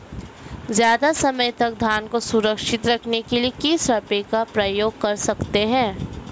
ज़्यादा समय तक धान को सुरक्षित रखने के लिए किस स्प्रे का प्रयोग कर सकते हैं?